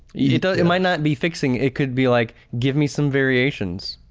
you know it might not be fixing, it could be like give me some variations.